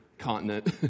continent